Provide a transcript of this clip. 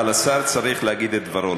אבל השר צריך להגיד את דברו,